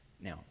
Now